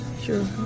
sure